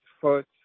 foot